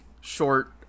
short